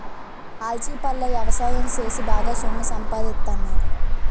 ఆల్చిప్పల ఎవసాయం సేసి బాగా సొమ్ము సంపాదిత్తన్నారు